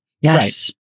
Yes